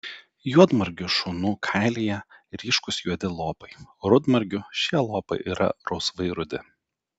juodmargių šunų kailyje ryškūs juodi lopai rudmargių šie lopai yra rausvai rudi